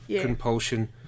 Compulsion